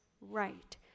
right